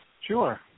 Sure